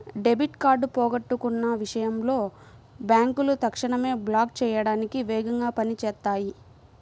debit card పోగొట్టుకున్న విషయంలో బ్యేంకులు తక్షణమే బ్లాక్ చేయడానికి వేగంగా పని చేత్తాయి